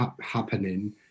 happening